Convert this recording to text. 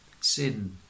Sin